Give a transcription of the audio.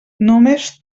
només